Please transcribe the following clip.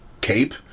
cape